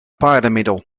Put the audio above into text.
paardenmiddel